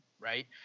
right